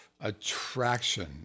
Attraction